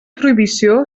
prohibició